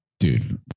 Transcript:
Dude